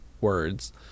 words